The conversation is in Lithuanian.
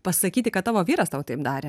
pasakyti kad tavo vyras tau taip darė